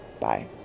Bye